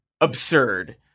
absurd